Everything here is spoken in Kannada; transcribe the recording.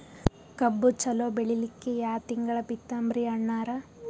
ಕಬ್ಬು ಚಲೋ ಬೆಳಿಲಿಕ್ಕಿ ಯಾ ತಿಂಗಳ ಬಿತ್ತಮ್ರೀ ಅಣ್ಣಾರ?